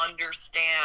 understand